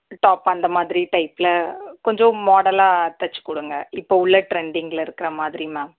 top அந்தமாதிரி டைப்பில் கொஞ்சம் மாடலாக தைச்சிக் கொடுங்க இப்போ உள்ள ட்ரெண்டிங்கில் இருக்கிற மாதிரி மேம்